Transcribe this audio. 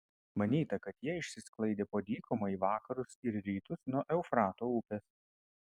manyta kad jie išsisklaidė po dykumą į vakarus ir rytus nuo eufrato upės